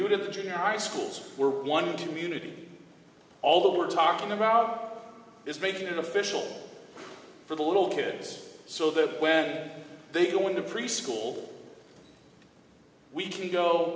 do it at the junior high schools we're one community although we're talking about is making it official for the little kids so that when they go in the preschool we can go